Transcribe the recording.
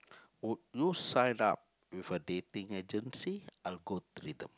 would you sign up with a dating agency algorithm